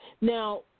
Now